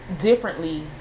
differently